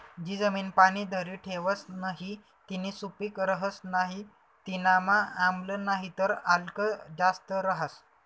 जी जमीन पाणी धरी ठेवस नही तीनी सुपीक रहस नाही तीनामा आम्ल नाहीतर आल्क जास्त रहास